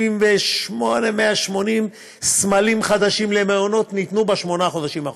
178 180 סמלים חדשים למעונות ניתנו בשמונת החודשים האחרונים.